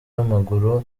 w’amaguru